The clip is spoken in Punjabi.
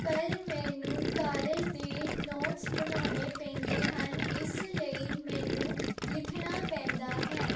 ਪਰ ਮੈਨੂੰ ਕਾਲਜ ਦੇ ਨੋਟਸ ਬਣਾਉਣੇ ਪੈਂਦੇ ਹਨ ਇਸ ਲਈ ਮੈਨੂੰ ਲਿਖਣਾ ਪੈਂਦਾ ਹੈ